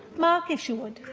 mark isherwood